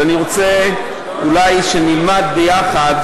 אז אני רוצה שנלמד אולי ביחד